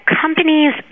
companies